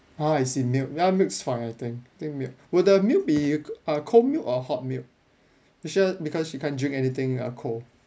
ah I see milk ya milk's fine I think I think milk will the new be uh cold milk or hot milk make sure because she can't drink anything uh cold